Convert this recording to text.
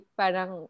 parang